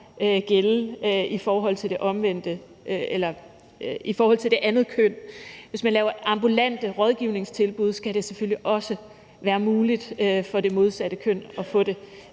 gælde i forhold til det andet køn. Hvis man laver ambulante rådgivningstilbud, skal det selvfølgelig også være muligt for det andet køn at få det;